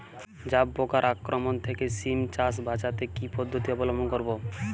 জাব পোকার আক্রমণ থেকে সিম চাষ বাচাতে কি পদ্ধতি অবলম্বন করব?